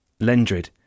Lendrid